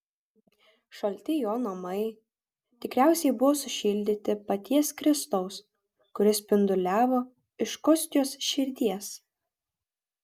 šalti jo namai tikriausiai buvo sušildyti paties kristaus kuris spinduliavo iš kostios širdies